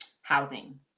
housing